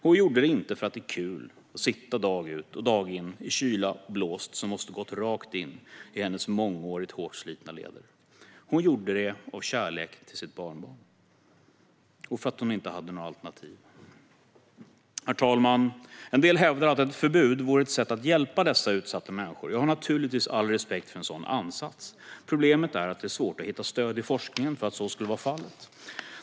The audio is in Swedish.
Hon gjorde det inte för att det är kul att sitta dag ut och dag in i kyla och blåst, som måste gått rakt in i hennes mångårigt hårt slitna leder. Hon gjorde det av kärlek till sitt barnbarn och för att hon inte hade några alternativ. Herr talman! En del hävdar att ett förbud vore ett sätt att hjälpa dessa utsatta människor, och jag har naturligtvis all respekt för en sådan ansats. Problemet är att det är svårt att hitta stöd i forskningen för att så skulle vara fallet.